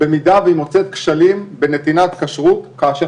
במידה שהיא מוצאת כשלים בנתינת כשרות כאשר